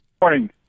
Morning